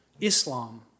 Islam